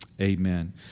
Amen